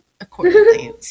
accordingly